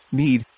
need